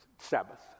Sabbath